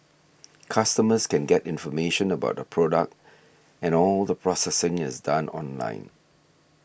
customers can get information about the product and all the processing is done online